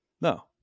No